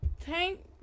Tank